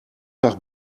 nach